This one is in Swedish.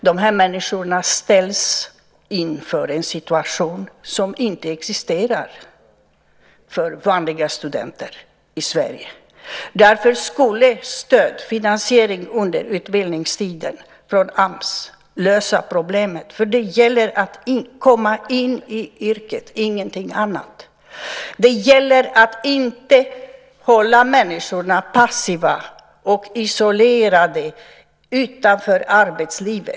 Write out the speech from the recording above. De här människorna ställs inför en situation som inte existerar för vanliga studenter i Sverige. Därför skulle stödfinansiering under utbildningstiden från AMS lösa problemet. Det gäller att komma in i yrket, och ingenting annat. Det gäller att inte hålla människorna passiva och isolerade utanför arbetslivet.